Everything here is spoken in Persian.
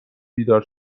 بیدار